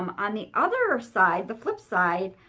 um on the other side, the flipside,